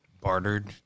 Bartered